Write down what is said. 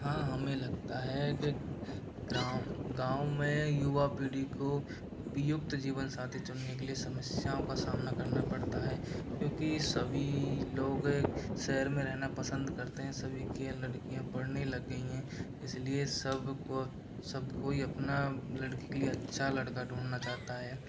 हाँ हमें लगता है कि ग्रांव गाँव में युवा पीढ़ी को उपयुक्त जीवनसाथी चुनने के लिए समस्याओं का सामना करना पड़ता है क्योंकि सभी लोग शहर में रहना पसंद करते हैं सभी की लड़कियाँ पढ़ने लग गई है इसीलिए सबको सब कोई अपना लड़की के लिए अच्छा लड़का ढूँढना चाहता है